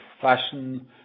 fashion